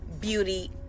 beauty